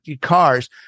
cars